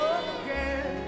again